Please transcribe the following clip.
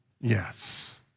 yes